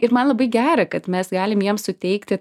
ir man labai gera kad mes galim jiem suteikti